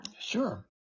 sure